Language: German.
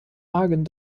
magen